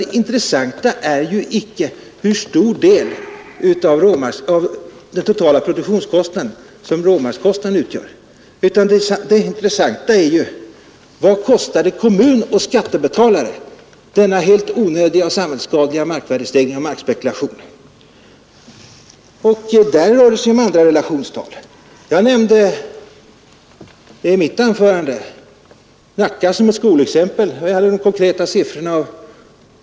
Det intressanta är inte hur stor del av den totala produktionskostnaden som råmarkskostnaden utgör, utan det intressanta är vad denna helt onödiga och samhällsskadliga markvärdestegring och markspekulation kostar kommun och skattebetalare. Där rör det sig om andra relationstal. Jag nämnde förut Nacka som ett skolexempel.